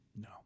No